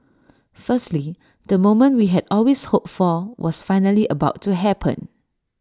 firstly the moment we had always hoped for was finally about to happen